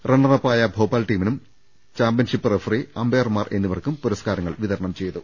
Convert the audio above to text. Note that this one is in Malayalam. റണ്ണർ അപ്പായ ഭ്യോപ്പാൽ ടീമിനും ചാമ്പൃൻഷിപ്പ് റഫറി അമ്പയർമാർ എന്നിവർക്കും പുരസ് കാരങ്ങൾ വിതരണം ചെയ്തു